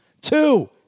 two